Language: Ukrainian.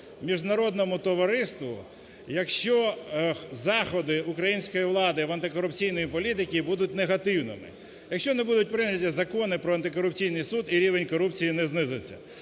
міжнародному товариству, якщо заходи української влади в антикорупційній політиці будуть негативними, якщо не будуть прийняті закони про антикорупційний суд і рівень корупції не знизиться.